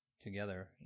together